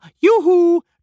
yoo-hoo